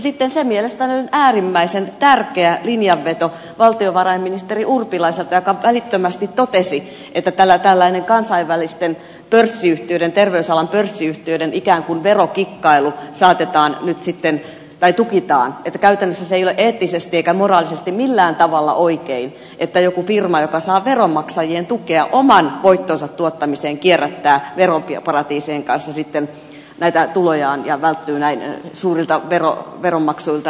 sitten mielestäni on äärimmäisen tärkeä linjanveto valtiovarainministeri urpilaiselta joka välittömästi totesi että tämä tällainen terveysalan kansainvälisten pörssiyhtiöiden ikään kuin verokikkailu tukitaan että käytännössä ei ole eettisesti eikä moraalisesti millään tavalla oikein että jokin firma joka saa veronmaksajien tukea oman voittonsa tuottamiseen kierrättää veroparatiisien kanssa tulojaan ja välttyy näin suurilta veronmaksuilta